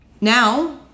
Now